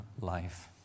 life